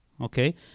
okay